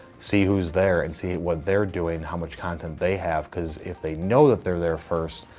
see who's there, and see what they're doing, how much content they have, because if they know that they're there first,